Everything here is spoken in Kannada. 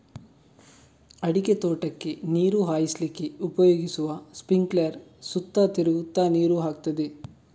ಅಡಿಕೆ ತೋಟಕ್ಕೆ ನೀರು ಹಾಯಿಸ್ಲಿಕ್ಕೆ ಉಪಯೋಗಿಸುವ ಸ್ಪಿಂಕ್ಲರ್ ಸುತ್ತ ತಿರುಗ್ತಾ ನೀರು ಹಾಕ್ತದೆ